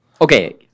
Okay